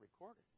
recorded